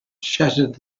shattered